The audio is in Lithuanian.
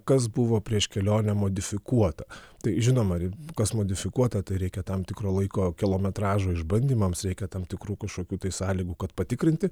kas buvo prieš kelionę modifikuota tai žinoma kas modifikuota tai reikia tam tikro laiko kilometražo išbandymams reikia tam tikrų kažkokių tai sąlygų kad patikrinti